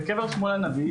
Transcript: בקבר שמואל הנביא,